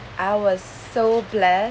I was so blur